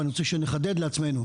ואני רוצה שנחדד לעצמנו,